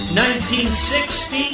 1960